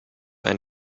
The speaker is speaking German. ein